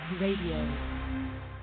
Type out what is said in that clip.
Radio